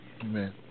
Amen